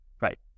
right